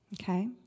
okay